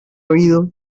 oído